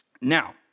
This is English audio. Now